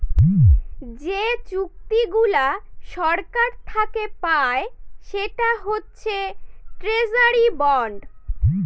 যে চুক্তিগুলা সরকার থাকে পায় সেটা হচ্ছে ট্রেজারি বন্ড